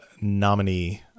nominee